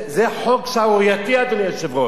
זה חוק שערורייתי, אדוני היושב-ראש.